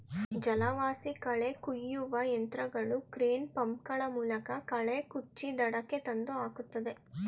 ಜಲವಾಸಿ ಕಳೆ ಕುಯ್ಯುವ ಯಂತ್ರಗಳು ಕ್ರೇನ್, ಪಂಪ್ ಗಳ ಮೂಲಕ ಕಳೆ ಕುಚ್ಚಿ ದಡಕ್ಕೆ ತಂದು ಹಾಕುತ್ತದೆ